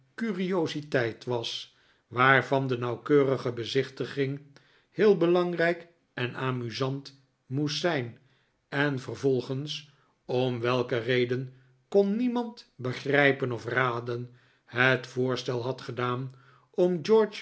curiositeit was waarvan de nauwkeurige bezichtiging heel belangrijk en amusant moest zijn en vervolgens om welke reden kon niemand begrijpen of raden het voorstel had gedaan om